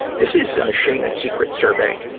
this is a shame and secret survey,